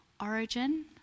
origin